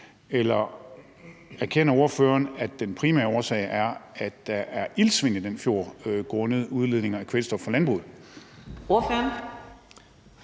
Eller anerkender ordføreren, at den primære årsag er, at der er iltsvind i den fjord grundet udledninger af kvælstof fra landbruget?